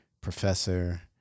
professor